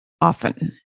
often